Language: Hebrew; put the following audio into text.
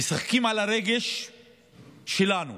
משחקים על הרגש שלנו